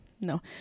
No